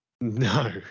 No